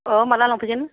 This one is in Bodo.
अह माला लांफैगोन